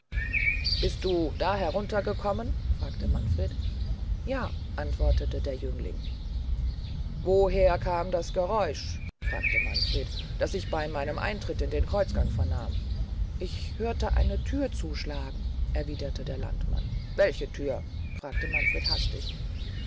bist du da herunter gekommen fragte manfred ja antwortete der jüngling woher aber kam das geräusch sagte manfred das ich bey meinem eintritt in den kreuzgang vernahm ich hörte eine thür zuschlagen erwiederte der landmann welche thür fragte manfred hastig